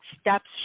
steps